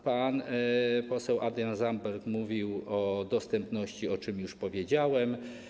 Pan poseł Adrian Zandberg mówił o dostępności, o czym już powiedziałem.